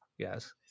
Yes